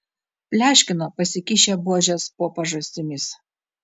pleškino pasikišę buožes po pažastimis